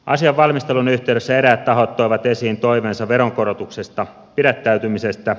asian valmistelun yhteydessä eräät tahot toivat esiin toiveensa veronkorotuksesta pidättäytymisestä